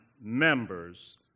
members